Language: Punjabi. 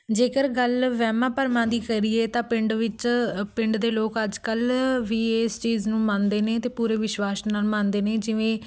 ਜੇਕਰ ਗੱਲ ਵਹਿਮਾਂ ਭਰਮਾਂ ਦੀ ਕਰੀਏ ਤਾਂ ਪਿੰਡ ਵਿੱਚ ਪਿੰਡ ਦੇ ਲੋਕ ਅੱਜ ਕੱਲ੍ਹ ਵੀ ਇਸ ਚੀਜ਼ ਨੂੰ ਮੰਨਦੇ ਨੇ ਅਤੇ ਪੂਰੇ ਵਿਸ਼ਵਾਸ ਨਾਲ ਮੰਨਦੇ ਨੇ ਜਿਵੇਂ